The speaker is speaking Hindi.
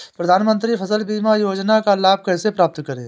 प्रधानमंत्री फसल बीमा योजना का लाभ कैसे प्राप्त करें?